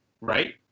right